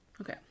okay